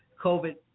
COVID